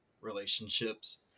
relationships